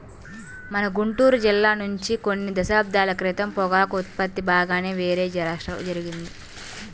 మన గుంటూరు జిల్లా నుంచి కొన్ని దశాబ్దాల క్రితం పొగాకు ఉత్పత్తి బాగానే వేరే రాష్ట్రాలకు జరిగింది